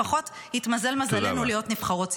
לפחות התמזל מזלנו להיות נבחרות ציבור.